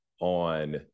on